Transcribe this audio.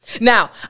Now